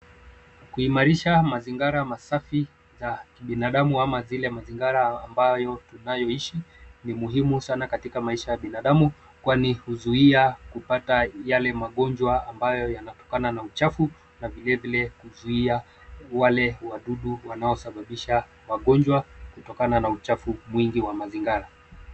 Kuimarisha mazingara masafi za binadamu ama zile mazingara ambayo tunayoishi ni muhimu sana katika maisha binadamu, kwani huzuia kupata yale magonjwa ambayo yanatokana na uchafu na vilevile huzuia wale wadudu wanaosababisha magonjwa kutokana na uchafu mwingi wa mazingara.